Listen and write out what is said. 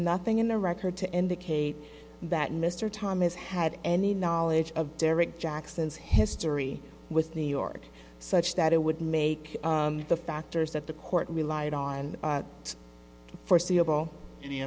nothing in the record to indicate that mr thomas had any knowledge of derrick jackson's history with new york such that it would make the factors that the court relied on foreseeable